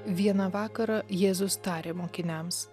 vieną vakarą jėzus tarė mokiniams